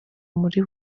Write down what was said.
muri